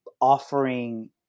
offering